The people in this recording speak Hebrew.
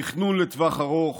תכנון לטווח ארוך,